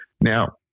Now